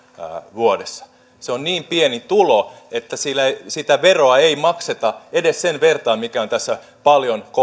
vuodessa se on niin pieni tulo että siitä veroa ei makseta edes sen vertaa mikä on tässä paljon